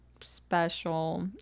special